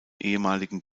ehemaligen